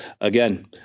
Again